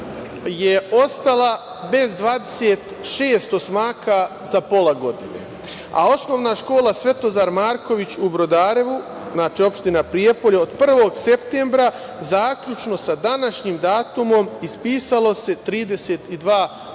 je ostala bez 26 osmaka za pola godine, a Osnovna škola „Svetozar Marković“ u Brodarevu, opština Prijepolje, od 1. septembra zaključno sa današnjim datumom ispisalo se 32 učenika.